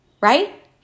right